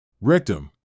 Rectum